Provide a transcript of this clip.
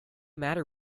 matter